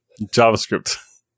JavaScript